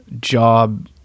job